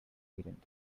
coherent